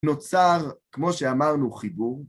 נוצר, כמו שאמרנו, חיבור.